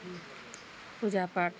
पूजा पाठ